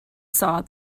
saw